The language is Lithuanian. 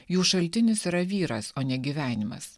jų šaltinis yra vyras o ne gyvenimas